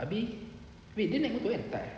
abeh wait dia naik motor kan tak eh